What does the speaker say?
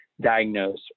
diagnose